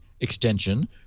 extension